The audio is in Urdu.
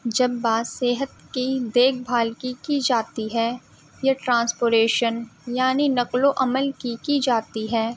جب بات صحت کی دیکھ بھال کی کی جاتی ہے یا ٹرانسپوٹیشن یعنی نقل و حمل کی کی جاتی ہے